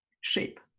shape